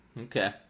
Okay